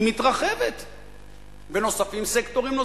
היא מתרחבת ונוספים אליה סקטורים.